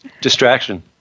Distraction